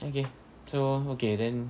okay so okay then